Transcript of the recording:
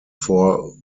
four